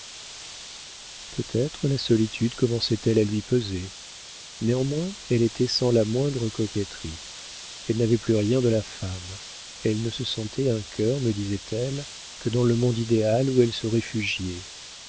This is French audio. peut-être la solitude commençait elle à lui peser néanmoins elle était sans la moindre coquetterie elle n'avait plus rien de la femme elle ne se sentait un cœur me disait-elle que dans le monde idéal où elle se réfugiait